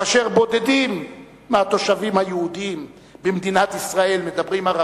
כאשר בודדים מהתושבים היהודים במדינת ישראל מדברים ערבית,